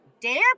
dare